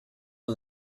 who